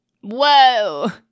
whoa